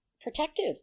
protective